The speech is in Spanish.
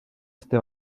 este